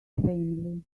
family